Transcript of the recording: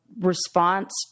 response